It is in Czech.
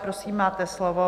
Prosím, máte slovo.